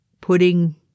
putting